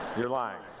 you're lying.